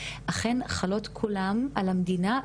אכן חלות כולן על המדינה,